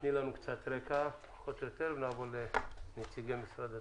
תני לנו רקע פחות או יותר ונעבור לנציגי משרד התחבורה.